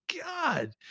God